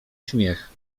śmiech